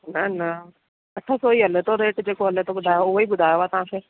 न न अठ सौ ई हले थो रेट जेको हले थो ॿुधायो उहो ई ॿुधायो आहे तव्हांखे